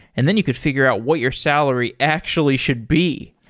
and then you could figure out what your salary actually should be.